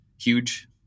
huge